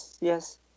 yes